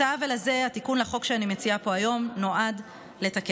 את העוול הזה התיקון לחוק שאני מציעה פה היום נועד לתקן.